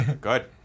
Good